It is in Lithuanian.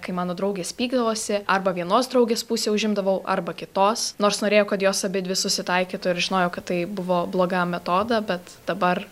kai mano draugės pykdavosi arba vienos draugės pusę užimdavau arba kitos nors norėjau kad jos abidvi susitaikytų ir žinojo kad tai buvo blogai metoda bet dabar